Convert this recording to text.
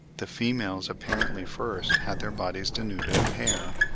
the females apparently first had their bodies denuded of hair,